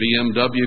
BMW